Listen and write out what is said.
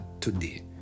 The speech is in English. today